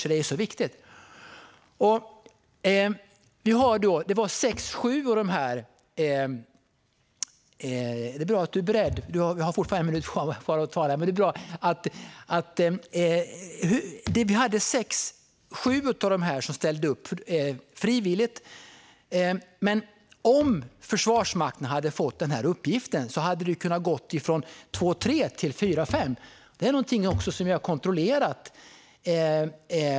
Det är alltså viktigt att använda våra egna resurser. Det var sex sju av de här som ställde upp frivilligt. Men om Försvarsmakten hade fått uppgiften hade det kunnat gå från två tre till fyra fem. Det har jag också kontrollerat.